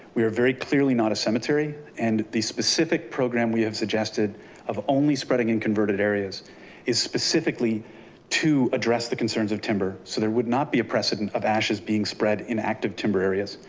we are very clearly not a cemetery. and the specific program we have suggested of only spreading in converted areas is specifically to address the concerns of timber. so there would not be a precedent of ashes being spread in active timber areas,